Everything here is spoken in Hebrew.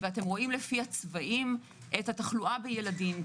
לפי הצבעים רואים את התחלואה בילדים.